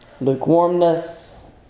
lukewarmness